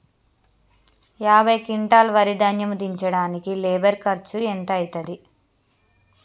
యాభై క్వింటాల్ వరి ధాన్యము దించడానికి లేబర్ ఖర్చు ఎంత అయితది?